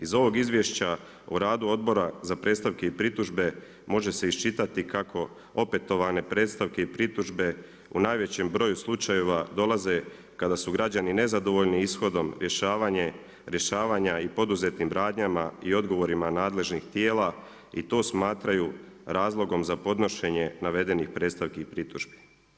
Iz ovog izvješća u radu odbora za predstavke i pritužbe može se iščitati kako opetovane predstavke i pritužbe u najvećem broju slučajeva dolaze kada su građani nezadovoljni ishodom rješavanja i poduzetim radnjama i odgovorima nadležnim tijelima i to smatraju razlogom za podnošenje navedenih predstavki i pritužbi.